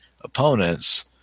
opponents